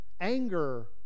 anger